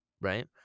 right